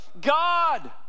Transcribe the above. God